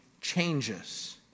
changes